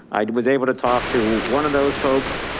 i was able to talk to one of those folks.